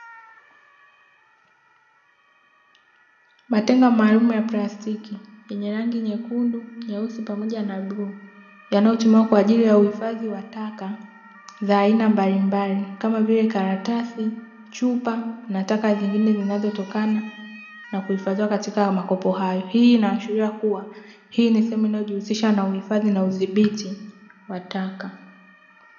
Matenga maalumu ya plastiki yenye rangi nyekundu, nyeusi pamoja na bluu yanayotumiwa kwajili ya uhifadhi wa taka za aina mbalimbali kama vile karatasi, chupa na taka zingine zinazotokana na kuhifadhiwa katika makopo hayo, hii ina ashiria kuwa hii ni sehemu inayojihusisha na uhifadhi na udhibiti wa taka.